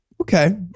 Okay